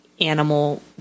animal